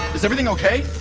is everything okay?